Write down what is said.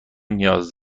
نیاز